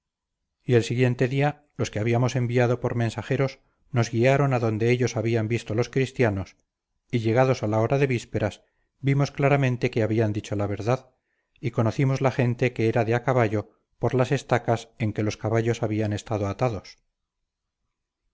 y el siguiente día los que habíamos enviado por mensajeros nos guiaron adonde ellos habían visto los cristianos y llegados a la hora de vísperas vimos claramente que habían dicho la verdad y conocimos la gente que era de a caballo por las estacas en que los caballos habían estado atados